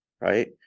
right